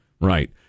Right